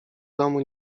domu